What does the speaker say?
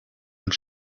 und